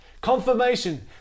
confirmation